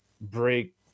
break